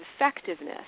effectiveness